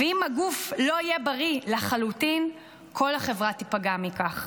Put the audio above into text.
ואם הגוף לא יהיה בריא לחלוטין כל החברה תיפגע מכך".